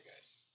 guys